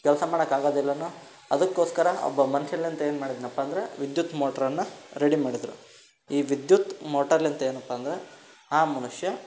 ಕೆಲಸ ಮಾಡಕೆ ಆಗದಿಲ್ಲ ಅದಕ್ಕೋಸ್ಕರ ಒಬ್ಬ ಮನುಷ್ಯಲಿಂತ ಏನು ಮಾಡಿದ್ನಪ್ಪ ಅಂದ್ರೆ ವಿದ್ಯುತ್ ಮೋಟ್ರನ್ನು ರೆಡಿ ಮಾಡಿದ್ರು ಈ ವಿದ್ಯುತ್ ಮೋಟರ್ಲಿಂದ ಏನಪ್ಪ ಅಂದ್ರೆ ಆ ಮನುಷ್ಯ